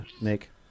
Nick